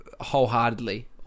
wholeheartedly